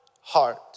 heart